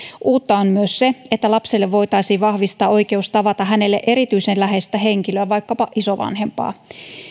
uutta on myös se että lapselle voitaisiin vahvistaa oikeus tavata hänelle erityisen läheistä henkilöä vaikkapa isovanhempaa